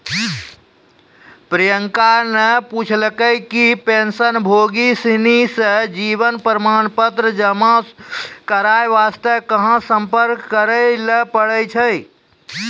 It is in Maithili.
प्रियंका ने पूछलकै कि पेंशनभोगी सिनी रो जीवन प्रमाण पत्र जमा करय वास्ते कहां सम्पर्क करय लै पड़ै छै